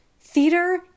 theater